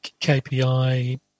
KPI